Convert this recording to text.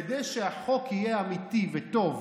כדי שהחוק יהיה אמיתי וטוב